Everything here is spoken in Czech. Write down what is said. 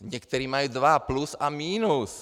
Někteří mají dva, plus a minus.